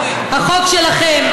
החוק שלכם,